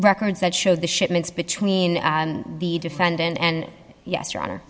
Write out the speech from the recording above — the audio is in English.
records that showed the shipments between the defendant and yes your honor